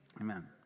Amen